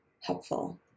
helpful